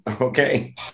okay